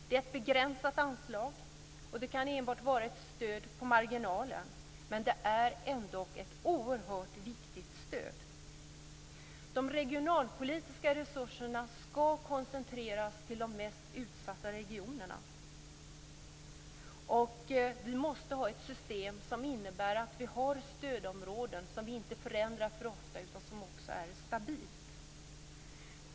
Det är ett begränsat anslag, och det kan enbart vara ett stöd på marginalen. Men det är ändock ett oerhört viktigt stöd. De regionalpolitiska resurserna skall koncentreras till de mest utsatta regionerna. Vi måste ha ett system som innebär att vi har stödområden som vi inte förändrar för ofta utan är stabila.